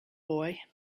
boy